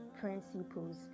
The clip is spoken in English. principles